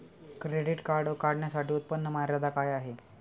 Credit card काढण्यासाठी उत्पन्न मर्यादा काय आहे?